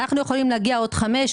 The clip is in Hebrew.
אנחנו יכולים להגיע בעוד חמש,